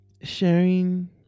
sharing